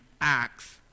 acts